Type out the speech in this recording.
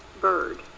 bird